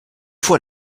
fois